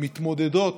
מתמודדות